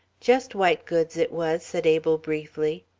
just white goods, it was, said abel, briefly.